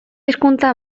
hizkuntza